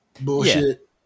bullshit